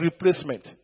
replacement